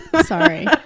Sorry